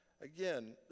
Again